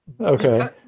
Okay